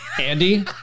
Andy